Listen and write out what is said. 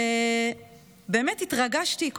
ובאמת התרגשתי,